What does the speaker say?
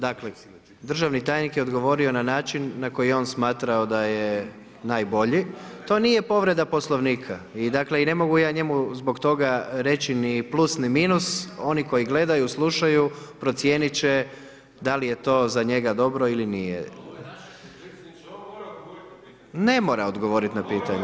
Dakle, državni tajnik je odgovorio na način na koji je on smatrao da je najbolji, to nije povreda Poslovnika i ne mogu ja njemu zbog toga reći ni plus ni minus, oni koji gledaju, slušaju, procijenit će da li je to za njega dobro ili nije [[Upadica Beljak: Predsjedniče, on mora odgovoriti na pitanje.]] Ne mora odgovoriti na pitanje.